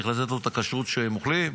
צריך לתת לו את הכשרות שהם אוכלים,